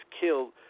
killed